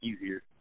easier